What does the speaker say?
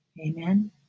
Amen